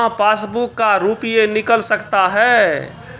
बिना पासबुक का रुपये निकल सकता हैं?